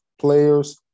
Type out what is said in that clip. players